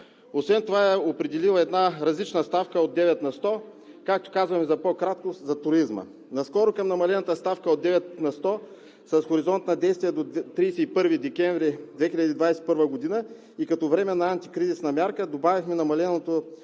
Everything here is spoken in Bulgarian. Освен това е определил една различна ставка от 9%, както казваме за по-кратко за туризма. Наскоро към намалената ставка от 9%, с хоризонт на действие до 31 декември 2021 г. и като временна антикризисна мярка добавихме намаленото